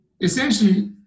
essentially